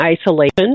isolation